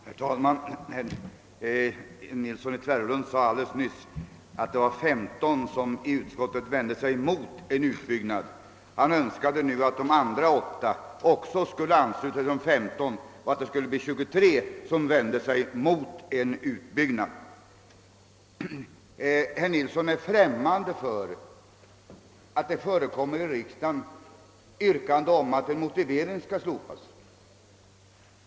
Herr talman! Herr Nilsson i Tvärålund sade alldeles nyss att det var 15 ledamöter som i utskottet vände sig mot en utbyggnad. Han önskade nu att de andra åtta skulle ansluta sig till dessa 15 så att det därmed skulle bli 23 ledamöter som vände sig mot en utbyggnad. Herr Nilsson i Tvärålund är främmande för att det i riksdagen förekommer yrkanden om att en motivering skall slopas.